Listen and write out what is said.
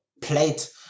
plate